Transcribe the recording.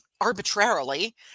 arbitrarily